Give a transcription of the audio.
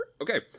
Okay